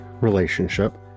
relationship